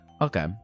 Okay